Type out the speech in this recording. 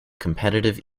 competitive